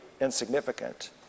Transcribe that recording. insignificant